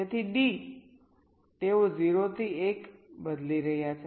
તેથી D તેઓ 0 થી 1 બદલી રહ્યા છે